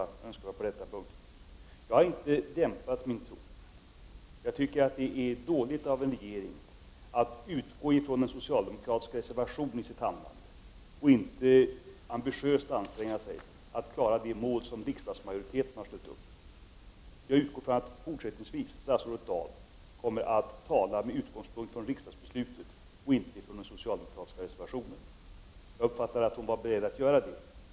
Jag har inte dämpat min ton. Jag tycker att det är dåligt av en regering att utgå från en socialdemokratisk reservation i sitt handlande och inte ambitiöst anstränga sig att klara de mål som riksdagens majoritet har ställt upp. Jag utgår från att statsrådet Dahl fortsättningsvis kommer att tala med utgångspunkt i riksdagsbeslutet och inte i den socialdemokratiska reservationen. Jag uppfattade att hon var beredd att göra det.